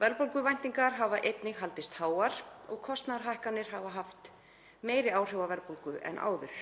Verðbólguvæntingar hafa einnig haldist háar og kostnaðarhækkanir hafa haft meiri áhrif á verðbólgu en áður.